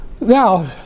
Now